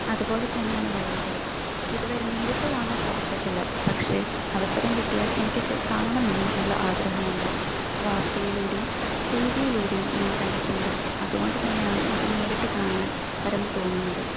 അതുപോലെ തന്നെയാണ് വള്ളംകളി ഇതുവരെ നേരിട്ട് കാണാൻ സാധിച്ചിട്ടില്ല പക്ഷെ അവസരം കിട്ടിയാൽ എനിക്ക് ചെയ് കാണണമെന്ന് നല്ല ആഗ്രഹമുണ്ട് വാർത്തയിലൂടെയും ടി വി യിലൂടെയും ഞാൻ കണ്ടിട്ടുണ്ട് അത്കൊണ്ട് തന്നെയാണ് എനിക്ക് നേരിട്ട് കാണാൻ ഹരം തോന്നുന്നത്